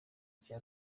cya